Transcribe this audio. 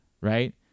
right